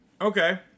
Okay